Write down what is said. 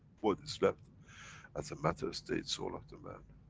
what is left as a matter-state soul of the man?